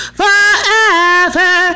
forever